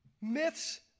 myths